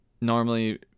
normally